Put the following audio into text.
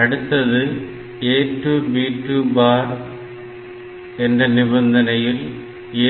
அடுத்தது A2 B2 bar என்ற நிபந்தனையில்